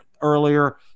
earlier